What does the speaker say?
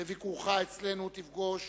בביקורך אצלנו תפגוש